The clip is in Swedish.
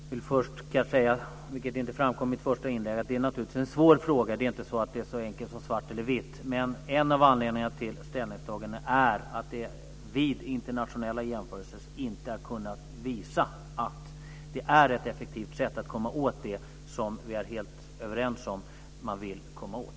Fru talman! Jag ska först säga, vilket inte framgick i mitt första inlägg, att det naturligtvis är en svår fråga. Det är inte så enkelt som att det är svart eller vitt. Men en av anledningarna till ställningstagandet är att det vid internationella jämförelser inte har kunnat visas att det här är ett effektivt sätt att komma åt det som vi är helt överens om att vi vill komma åt.